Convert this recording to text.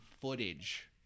footage